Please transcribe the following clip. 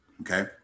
okay